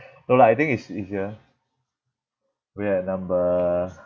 no lah I think it's easier we at number